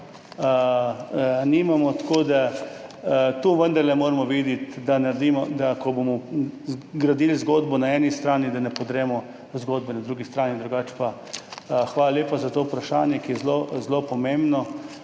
To vendarle moramo vedeti, da ko bomo gradili zgodbo na eni strani, ne podremo zgodbe na drugi strani. Drugače pa hvala lepa za to vprašanje, ki je zelo pomembno.